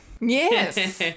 Yes